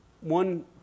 one